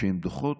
שהם דוחות,